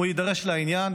הוא יידרש לעניין,